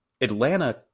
Atlanta